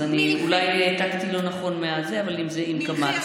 אז אני אולי העתקתי לא נכון, אבל זה בקמץ.